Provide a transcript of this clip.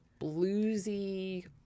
bluesy